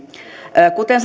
kuten